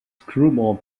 screwball